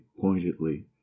pointedly